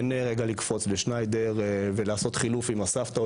אין רגע לקפוץ לשניידר ולעשות חילוף עם הסבתא,